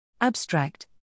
Abstract